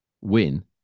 win